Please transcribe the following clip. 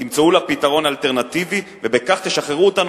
תמצאו לה פתרון אלטרנטיבי ובכך תשחררו אותנו